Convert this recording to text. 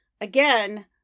again